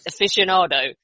aficionado